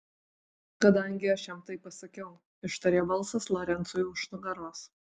kadangi aš jam tai pasakiau ištarė balsas lorencui už nugaros